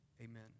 Amen